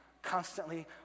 constantly